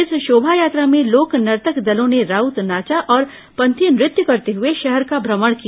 इस शोभायात्रा में लोक नर्तक दलों ने राउत नाचा और पंथी नृत्य करते हुए शहर का भ्रमण किया